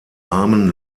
armen